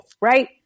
Right